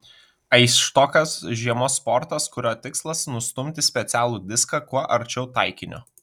aisštokas žiemos sportas kurio tikslas nustumti specialų diską kuo arčiau taikinio